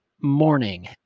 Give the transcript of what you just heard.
morning